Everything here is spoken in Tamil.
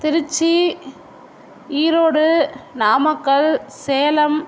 திருச்சி ஈரோடு நாமக்கல் சேலம்